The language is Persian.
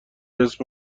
اسم